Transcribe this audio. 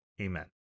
Amen